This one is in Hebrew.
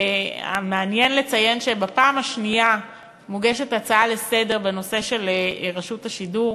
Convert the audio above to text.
ומעניין לציין שבפעם השנייה מוגשת הצעה לסדר-יום בנושא של רשות השידור,